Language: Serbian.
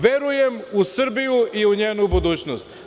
Verujem u Srbiju u njenu budućnost.